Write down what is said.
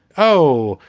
oh,